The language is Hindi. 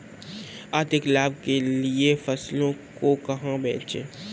अधिक लाभ के लिए फसलों को कहाँ बेचें?